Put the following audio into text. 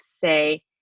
say